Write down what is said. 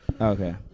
Okay